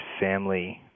family